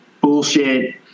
bullshit